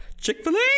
Chick-fil-A